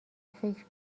فکر